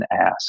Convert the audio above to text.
ask